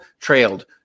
trailed